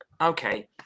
okay